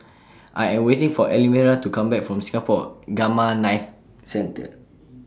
I Am waiting For Elmyra to Come Back from Singapore Gamma Knife Centre